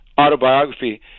autobiography